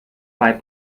bei